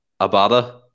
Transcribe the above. Abada